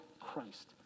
Christ